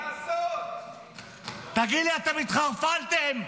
תגידו, אתם התחרפנתם?